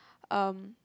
um